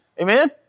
Amen